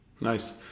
Nice